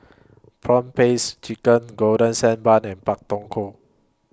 Prawn Paste Chicken Golden Sand Bun and Pak Thong Ko